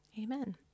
Amen